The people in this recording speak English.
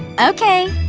okay!